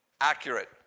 accurate